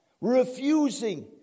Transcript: Refusing